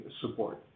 support